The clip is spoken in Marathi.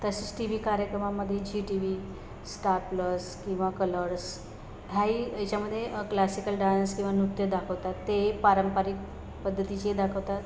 तसंच टी वी कार्यक्रमामध्ये झी टी वी स्टारप्लस किंवा कलर्स ह्याही याच्यामध्ये क्लासिकल डान्स किंवा नृत्य दाखवतात ते पारंपरिक पद्धतीचे दाखवतात